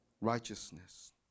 Righteousness